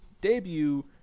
debut